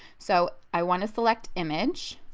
so i want to select image